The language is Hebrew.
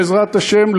בעזרת השם,